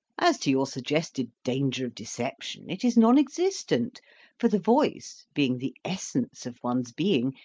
as to your suggested danger of deception, it is non-existent for the voice, being the essence of one's being,